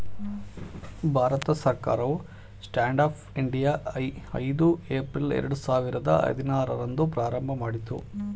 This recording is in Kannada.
ಭಾರತ ಸರ್ಕಾರವು ಸ್ಟ್ಯಾಂಡ್ ಅಪ್ ಇಂಡಿಯಾ ಐದು ಏಪ್ರಿಲ್ ಎರಡು ಸಾವಿರದ ಹದಿನಾರು ರಂದು ಪ್ರಾರಂಭಮಾಡಿತು